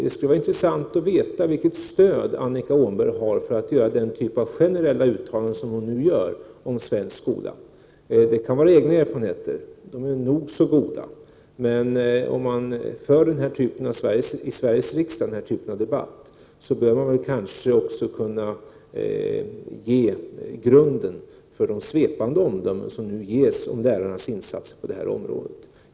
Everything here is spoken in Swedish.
Det skulle vara intressant att veta vilket stöd Annika Åhnberg har för att göra den typen av generella uttalanden som hon nu gör om den svenska skolan. Uttalandena kan grunda sig på egna erfarenheter, och de är nog så goda, men om man för den här typen av debatt i Sveriges riksdag, bör man kanske också kunna ge grunden för de svepande omdömena om lärarnas insatser på det här området.